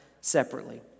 separately